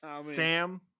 Sam